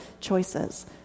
choices